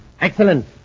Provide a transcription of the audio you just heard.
Excellent